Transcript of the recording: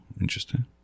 Interesting